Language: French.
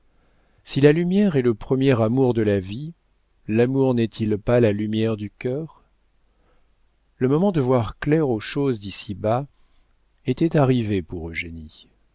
si la lumière est le premier amour de la vie l'amour n'est-il pas la lumière du cœur le moment de voir clair aux choses d'ici-bas était arrivé pour eugénie